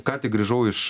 ką tik grįžau iš